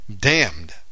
Damned